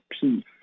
peace